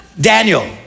Daniel